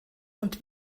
und